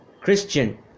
Christian